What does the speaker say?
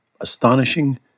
astonishing